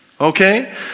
Okay